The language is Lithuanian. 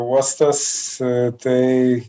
uostas tai